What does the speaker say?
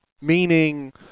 meaning